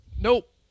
Nope